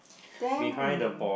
then